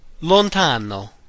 lontano